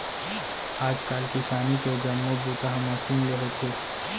आज काल किसानी के जम्मो बूता ह मसीन ले होथे